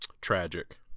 tragic